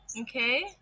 Okay